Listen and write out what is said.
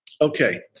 okay